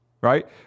right